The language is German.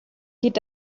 geht